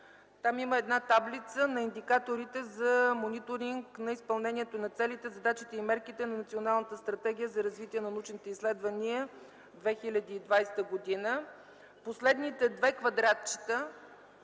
Там има една таблица на индикаторите за мониторинг на изпълнението на целите, задачите и мерките на Националната стратегия за развитие на научните изследвания 2020 г. Има предложение за промяна